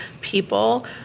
people